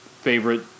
favorite